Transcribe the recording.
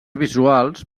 visuals